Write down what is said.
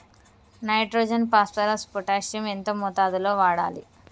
Nitrogen phosphorus potassium ఎంత మోతాదు లో వాడాలి?